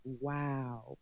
wow